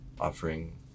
offering